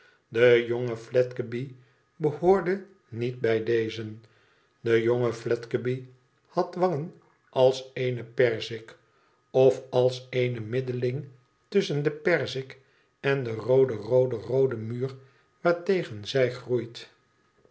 de jonge fledgeby behoorde niet bij dezen de jonge fledebyhad wangen als eene perzik of als een middelding tusschen de perzik en den rooden rooden rooden muur waartegen zij groeit